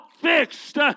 fixed